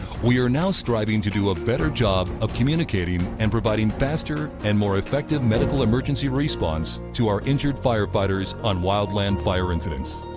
we are now striving to do a better job of communicating and providing faster and more effective medical emergency response to our injured firefighters on wildland fire incidents.